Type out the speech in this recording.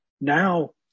now